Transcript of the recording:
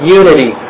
unity